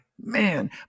man